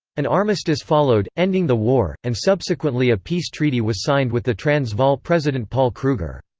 an armistice followed, ending the war, and subsequently a peace treaty was signed with the transvaal president paul kruger.